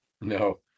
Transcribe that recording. No